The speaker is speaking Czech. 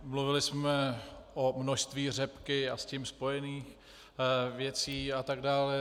Mluvili jsme o množství řepky a s tím spojených věcí a tak dále.